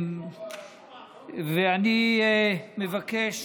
ואני מבקש